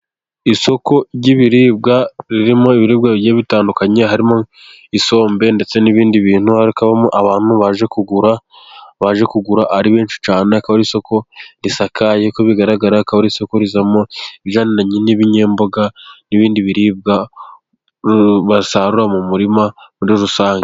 Isoko ry'ibiribwa ririmo ibiribwa bigiye bitandukanye . Harimo isombe ndetse n'ibindi bintu hakabamo abantu baje kugura . Baje kugura ari benshi cyane ,akaba isoko risakaye . Uko bigaragara ,akaba ari isoko rizamo ibijyaniranye n'ibinyamboga n'ibindi biribwa basarura mu murima muri rusange.